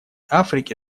африке